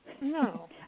No